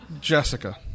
Jessica